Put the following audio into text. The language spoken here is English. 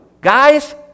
guys